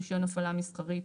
רישיון הפעלה מסחרית,